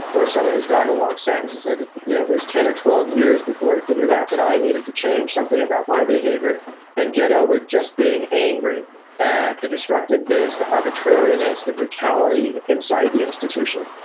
or someone who has gotten a long sentence has said, you know, it was ten or twelve years before i figured out that i needed to change something about my behaviour and get over just being angry at the destructiveness, the arbitrariness, the brutality inside the institution.